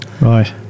Right